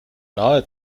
nahe